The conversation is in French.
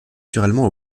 naturellement